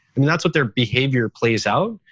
i mean that's what their behavior plays out.